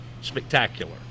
Spectacular